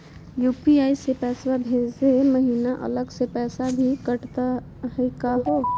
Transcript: UPI स पैसवा भेजै महिना अलग स पैसवा भी कटतही का हो?